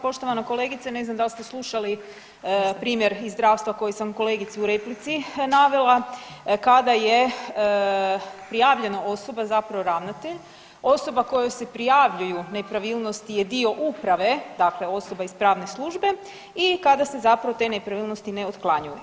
Poštovana kolegice, ne znam da l' ste slušali primjer iz zdravstva koji sam kolegici u replici navela, kada je prijavljeno osoba, zapravo ravnatelj, osoba kojoj se prijavljuju nepravilnosti je dio uprave, dakle osoba iz pravne službe i kada se zapravo te nepravilnosti ne otklanjaju.